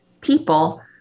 people